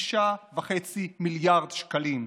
6.5 מיליארד שקלים.